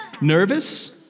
Nervous